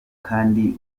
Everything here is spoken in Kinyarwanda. kandi